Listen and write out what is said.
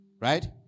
right